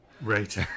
Right